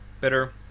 bitter